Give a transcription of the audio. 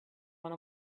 one